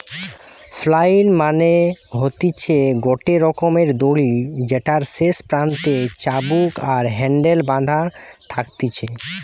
flail মানে হতিছে গটে রকমের দড়ি যেটার শেষ প্রান্তে চাবুক আর হ্যান্ডেল বাধা থাকতিছে